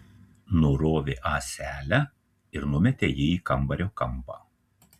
nurovė ąselę ir numetė jį į kambario kampą